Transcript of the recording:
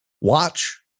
Watch